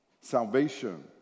Salvation